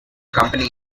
company